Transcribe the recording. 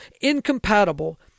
incompatible